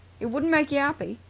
it wouldn't make you appy.